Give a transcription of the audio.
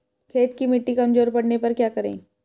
खेत की मिटी कमजोर पड़ने पर क्या करें?